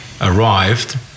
arrived